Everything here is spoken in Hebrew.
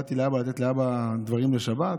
באתי לאבא לתת דברים לשבת,